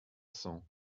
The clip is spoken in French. cents